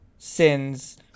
sins